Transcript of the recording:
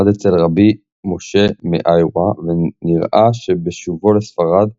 למד אצל רבי משה מאיוורא ונראה שבשובו לספרד